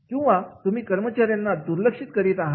किंवा तुम्ही कर्मचाऱ्यांना दुर्लक्षीत करीत आहात